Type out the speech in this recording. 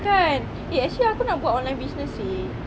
kan eh actually aku nak buat online business seh